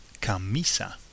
camisa